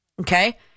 Okay